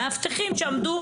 מאבטחים שעמדו